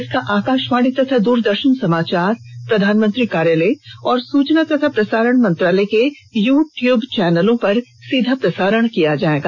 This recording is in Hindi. इसका आकाशवाणी तथा द्रदर्शन समाचार प्रधानमंत्री कार्यालय और सूचना एवं प्रसारण मंत्रालय के यू टयूब चैनलों पर सीधा प्रसारण किया जाएगा